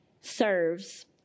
serves